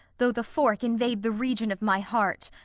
though the fork invade the region of my heart!